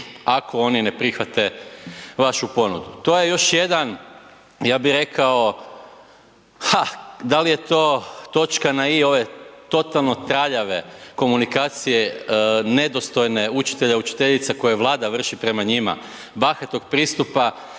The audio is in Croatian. ako oni ne prihvate vašu ponudu. To je još jedan ja bih rekao ha dal je to točka na i ove totalno traljave komunikacije nedostojne učitelja i učiteljica koje Vlada vrši prema njima, bahatog pristupa